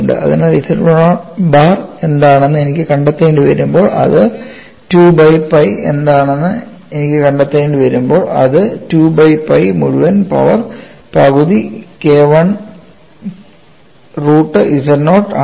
അതിനാൽ Z1 bar എന്താണെന്ന് എനിക്ക് കണ്ടെത്തേണ്ടിവരുമ്പോൾ അത് 2 ബൈ pi മുഴുവൻ പവർ പകുതി K I root z naught ആണ്